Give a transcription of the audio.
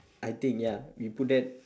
I think ya you put that